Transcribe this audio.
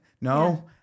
no